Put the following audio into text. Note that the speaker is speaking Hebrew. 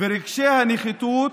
רגשי הנחיתות